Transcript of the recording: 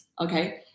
Okay